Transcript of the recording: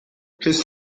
his